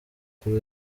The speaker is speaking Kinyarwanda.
kuri